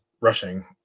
rushing